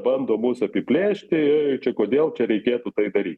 bando mus apiplėšti čia kodėl čia reikėtų tai daryt